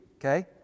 okay